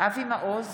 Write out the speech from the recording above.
אבי מעוז,